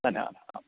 धन्यवादः